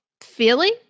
feeling